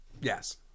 yes